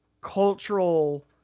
cultural